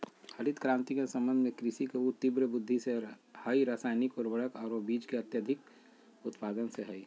हरित क्रांति के संबंध कृषि के ऊ तिब्र वृद्धि से हई रासायनिक उर्वरक आरो बीज के अत्यधिक उत्पादन से हई